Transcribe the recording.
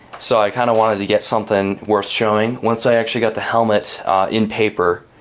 so i kind of wanted to get something worth showing. once i actually got the helmet in paper,